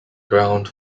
ground